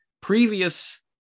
previous